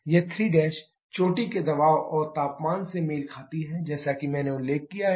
यह 3 चोटी के दबाव और तापमान से मेल खाती है जैसा कि मैंने पहले उल्लेख किया है